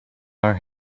our